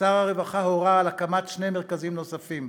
שר הרווחה הורה על הקמת שני מרכזים נוספים,